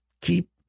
keep